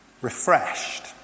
refreshed